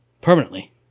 Permanently